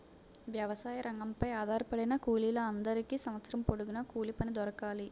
వ్యవసాయ రంగంపై ఆధారపడిన కూలీల అందరికీ సంవత్సరం పొడుగున కూలిపని దొరకాలి